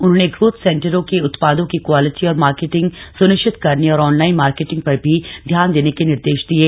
उन्होंने ग्रोथ सेंटरों के उत्पादों की क्वालिटी और मार्केटिंग सुनिश्चित करने और ऑनलाइन मार्केटिंग पर भी ध्यान देने के निर्देश दिये